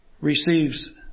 receives